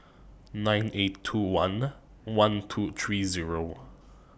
nine eight two one one two three Zero